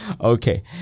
Okay